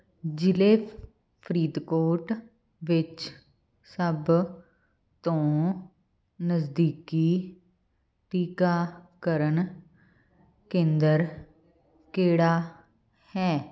ਜ਼ਿਲ੍ਹੇ ਫਰੀਦਕੋਟ ਵਿੱਚ ਸਭ ਤੋਂ ਨਜ਼ਦੀਕੀ ਟੀਕਾਕਰਨ ਕੇਂਦਰ ਕਿਹੜਾ ਹੈ